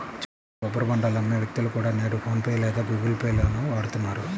చివరికి కొబ్బరి బోండాలు అమ్మే వ్యక్తులు కూడా నేడు ఫోన్ పే లేదా గుగుల్ పే లను వాడుతున్నారు